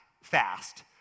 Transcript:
fast